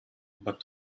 but